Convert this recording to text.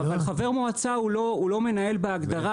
אבל חבר מועצה הוא לא מנהל בהגדרה,